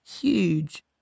huge